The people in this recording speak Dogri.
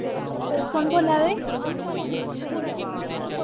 तुस कु'न बोल्ला दे